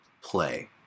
play